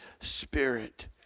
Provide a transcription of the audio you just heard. Spirit